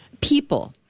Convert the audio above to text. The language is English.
people